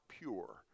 pure